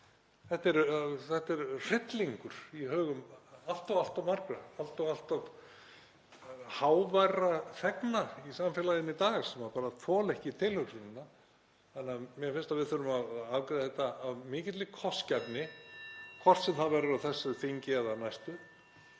Þetta er hryllingur í hugum allt of margra og háværra þegna í samfélaginu í dag sem bara þola ekki tilhugsunina. Þannig að mér finnst að við þurfum að afgreiða þetta af mikilli kostgæfni, (Forseti hringir.) hvort sem það verður á þessu þingi eða næstu